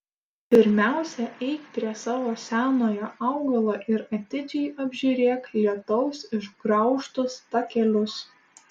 pirmiausia eik prie savo senojo augalo ir atidžiai apžiūrėk lietaus išgraužtus takelius